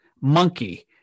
monkey